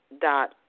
dot